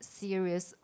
serious